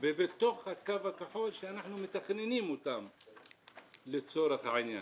והם בתוך הקו הכחול אותו אנחנו מתכננים לצורך העניין.